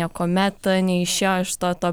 niekuomet neišėjo iš to to